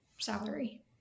salary